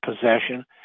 possession